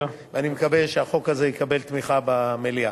ואני מקווה שהחוק הזה יקבל תמיכה במליאה.